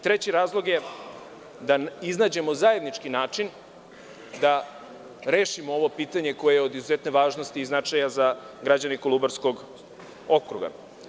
Treći razlog je da iznađemo zajednički način da rešimo ovo pitanje koje je od izuzetne važnosti i značaja za građane Kolubarskog okruga.